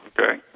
Okay